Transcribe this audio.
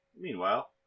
Meanwhile